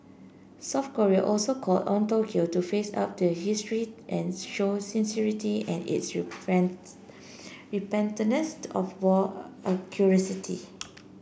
South Korea also called on Tokyo to face up to history and show sincerity in its of war a